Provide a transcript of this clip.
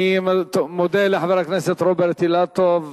אני מודה לחבר הכנסת רוברט אילטוב.